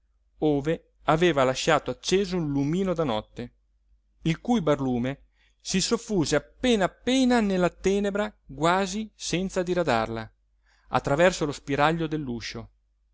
ove aveva lasciato acceso un lumino da notte il cui barlume si soffuse appena appena nella tenebra quasi senza diradarla a traverso lo spiraglio dell'uscio io